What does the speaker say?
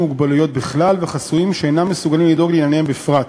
מוגבלויות בכלל וחסויים שאינם מסוגלים לדאוג לענייניהם בפרט,